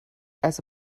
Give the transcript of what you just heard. also